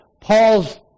Paul's